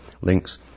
links